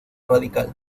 radical